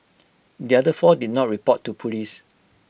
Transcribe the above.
the other four did not report to Police